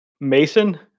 Mason